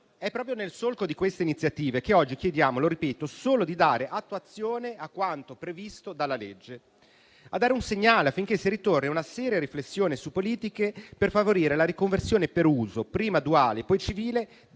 È proprio nel solco di queste iniziative che oggi chiediamo solo di dare attuazione a quanto previsto dalla legge - lo ribadisco - e di dare un segnale affinché si ritorni a una seria riflessione su politiche per favorire la riconversione per uso, prima duale e poi civile,